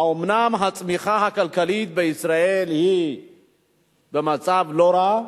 ואומנם הצמיחה הכלכלית בישראל היא במצב לא רע,